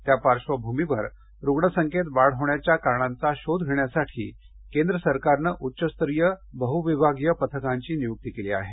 त्या पाश्र्वभूमीवर रुग्णसंख्येत वाढ होण्याच्या कारणांचा शोध घेण्यासाठी केंद्र सरकारनं या उच्चस्तरीय बहुविभागीय पथकांची नियुक्ती केली आहे